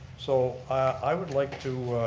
so i would like to